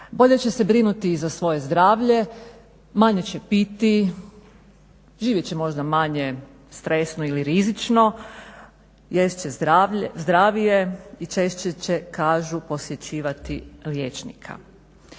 bolje će se brinuti za svoje zdravlje, manje će piti, živjet će možda manje stresno ili rizično, jest će zdravije i češće se kažu posjećivati liječnika.